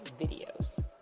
videos